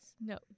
No